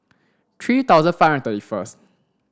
three thousand five hundred thirty first